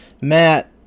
Matt